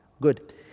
Good